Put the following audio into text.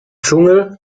dschungel